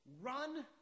run